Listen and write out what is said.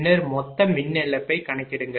பின்னர் மொத்த மின் இழப்பைக் கணக்கிடுங்கள்